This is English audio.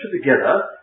together